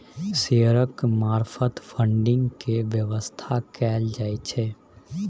शेयरक मार्फत फडिंग केर बेबस्था कएल जाइ छै